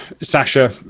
Sasha